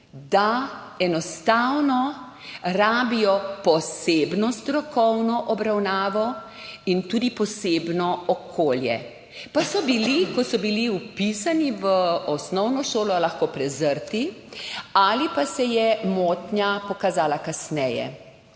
da enostavno rabijo posebno strokovno obravnavo in tudi posebno okolje, pa so lahko bili, ko so bili vpisani v osnovno šolo, prezrti ali pa se je motnja pokazala kasneje.